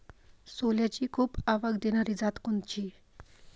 सोल्याची खूप आवक देनारी जात कोनची?